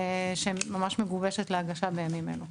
שממש מגובשת להגשה בימים אלו.